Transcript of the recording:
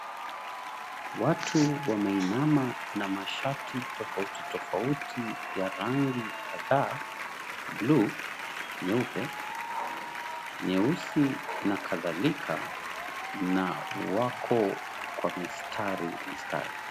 Watu wameinama na mashati tofauti tofauti ya rangi kadhaa buluu, nyeupe, nyeusi na kadhalika na wako kwa mistari mistari.